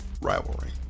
rivalry